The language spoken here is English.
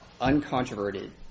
uncontroverted